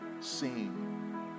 seen